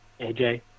AJ